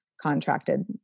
contracted